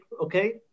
okay